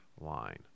line